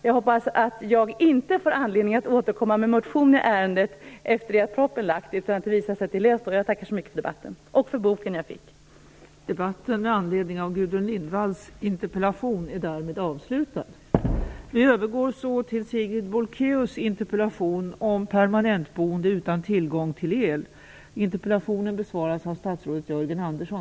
Jag hoppas att jag inte får anledning att återkomma med motion i ärendet efter det att propositionen lagts fram, utan att det visar sig att frågan är löst. Jag tackar så mycket för debatten.